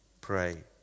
pray